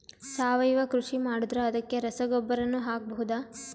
ಸಾವಯವ ಕೃಷಿ ಮಾಡದ್ರ ಅದಕ್ಕೆ ರಸಗೊಬ್ಬರನು ಹಾಕಬಹುದಾ?